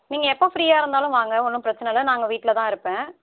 நீங்கள் எப்போ ஃப்ரீயாக இருந்தாலும் வாங்கள் ஒன்றும் பிரச்சனல்ல நாங்கள் வீட்தில் தாருப்பேன்